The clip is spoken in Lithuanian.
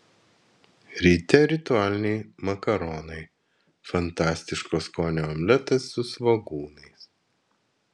ryte ritualiniai makaronai fantastiško skonio omletas su svogūnais